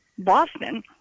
Boston